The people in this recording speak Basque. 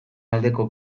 aldeko